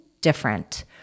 different